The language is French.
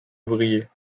ouvrier